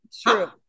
true